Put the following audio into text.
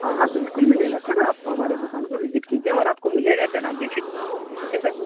ہاں ہاں بالکل ملے گا سر آپ ہمارے دکان کو وزٹ کیجیے اور آپ کو ملے گا سر آپ بےفکر ٹھیک ہے سر